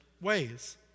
ways